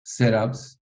setups